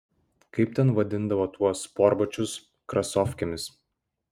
kaip ten vadindavo tuos sportbačius krasofkėmis